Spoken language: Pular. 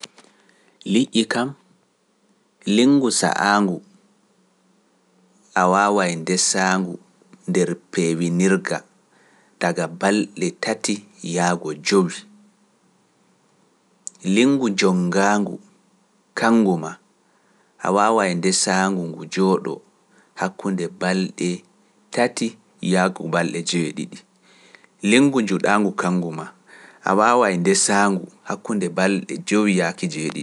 Liƴƴi kam, linggu sa'aangu a waawaay ndesaangu nder peewinirga taga balɗe tati yaago jovi, linggu jonngaangu kanngu maa a waawaay ndesaangu ngu jooɗoo hakkunde balɗe tati yaago balɗe jewee ɗiɗi. Linngu njuuɗaangu kangu maa, a waawaay ndesaangu hakkunde balɗe jowi yaaki jewee ɗiɗi.